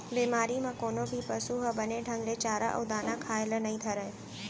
बेमारी म कोनो भी पसु ह बने ढंग ले चारा अउ दाना खाए ल नइ धरय